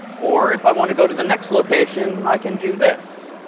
or if i want to go to the next location, i can do this.